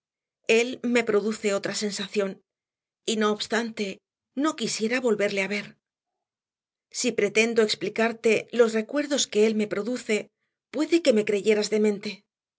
él me produce otra sensación y no obstante no quisiera volverle a ver si pretendo explicarte los recuerdos que él me produce puede que me creyeras demente